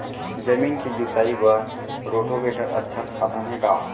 जमीन के जुताई बर रोटोवेटर अच्छा साधन हे का?